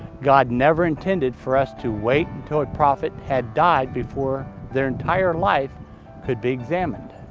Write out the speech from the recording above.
god never intended for us to wait until a prophet had died before their entire life could be examined.